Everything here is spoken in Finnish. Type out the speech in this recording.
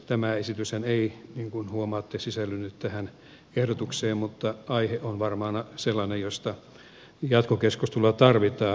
tämä esityshän ei niin kuin huomaatte sisälly nyt tähän ehdotukseen mutta aihe on varmaan sellainen josta jatkokeskustelua tarvitaan